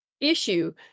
issue